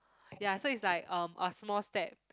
ya so it's like um a small step